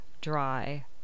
dry